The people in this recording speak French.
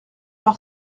par